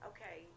Okay